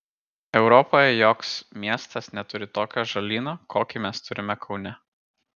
europoje joks miestas neturi tokio ąžuolyno kokį mes turime kaune